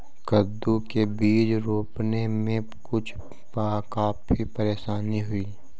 कद्दू के बीज रोपने में मुझे काफी परेशानी हुई